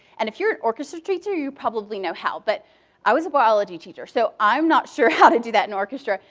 and if you're an orchestra teacher, you probably know how. but i was a biology teacher, so i'm not sure how to do that in orchestra.